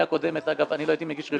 הקודמת, אגב, אני לא הייתי מגיש רביזיה.